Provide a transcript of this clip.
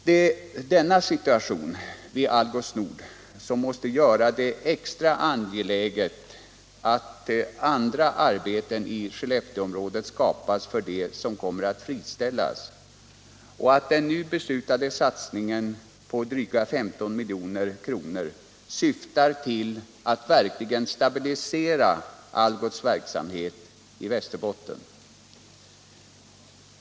Det är denna situation vid Algots Nord som måste göra det extra angeläget att andra arbeten i Skellefteåområdet skapas för dem som kommer att friställas och att den nu beslutade satsningen på dryga 15 milj.kr. syftar till att verkligen stabilisera Algots verksamhet i Västerbotten.